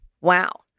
wow